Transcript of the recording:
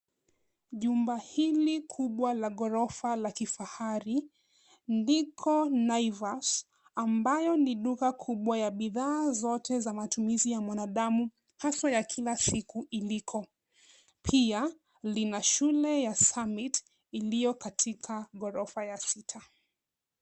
Jumba hili kubwa la ghorofa la kifahari liko Navias ambayo ni duka kubwa ya vifaa zote za matumizi ya mwanadamu haswa ya kila siku iliko. Pia lina shule ya Summit iliyo katika ghorofa ya sita.